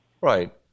Right